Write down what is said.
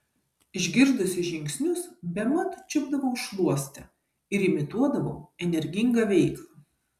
išgirdusi žingsnius bemat čiupdavau šluostę ir imituodavau energingą veiklą